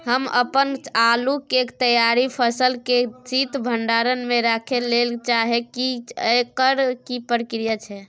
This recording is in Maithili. हम अपन आलू के तैयार फसल के शीत भंडार में रखै लेल चाहे छी, एकर की प्रक्रिया छै?